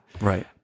Right